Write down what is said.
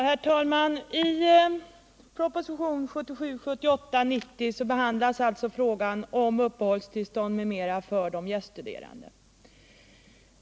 Herr talman! I propositionen 1977/78:90 behandlas bl.a. frågan om uppehållstillstånd för de gäststuderande.